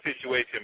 situation